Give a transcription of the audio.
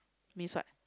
means what